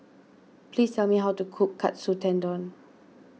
please tell me how to cook Katsu Tendon